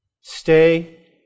Stay